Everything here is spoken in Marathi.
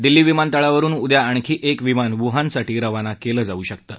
दिल्ली विमानतळावरुन उद्या आणखी एक विमान वूहानसाठी रवाना केलं जाऊ शकतं